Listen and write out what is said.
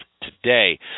today